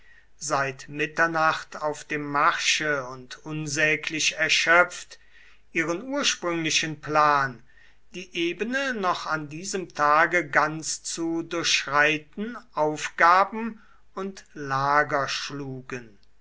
seit mitternacht auf dem marsche und unsäglich erschöpft ihren ursprünglichen plan die ebene noch an diesem tage ganz zu durchschreiten aufgaben und lager schlugen